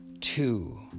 two